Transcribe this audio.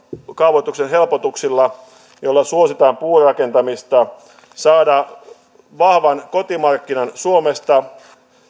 kaavoituksen helpotuksilla joilla suositaan puurakentamista saada vahvan kotimarkkinan suomesta